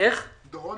דורון